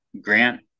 grant